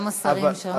גם השרים שם,